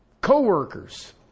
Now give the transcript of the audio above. Co-workers